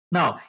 Now